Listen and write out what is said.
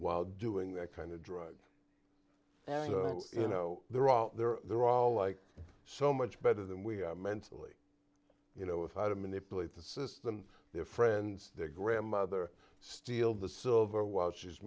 while doing that kind of drug and you know they're out there they're all like so much better than we are mentally you know if i don't manipulate the system and their friends their grandmother steal the silver while she's